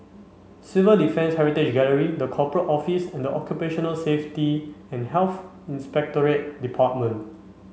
Civil Defence Heritage Gallery The Corporate Office and Occupational Safety and Health Inspectorate Department